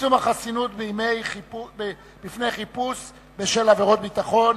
(צמצום החסינות בפני חיפוש בשל עבירת ביטחון),